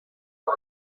راه